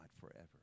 forever